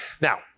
Now